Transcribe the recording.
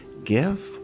give